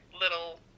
little